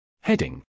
Heading